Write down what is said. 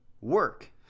work